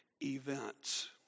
events